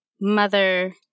mother